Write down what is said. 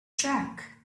track